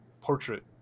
portrait